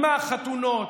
עם החתונות,